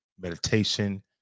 meditation